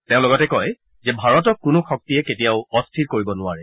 তেওঁ লগতে কয় যে ভাৰতক কোনো শক্তিয়ে কেতিয়াও অস্থিৰ কৰিব নোৱাৰে